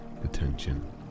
attention